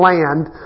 Land